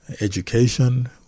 Education